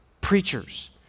preachers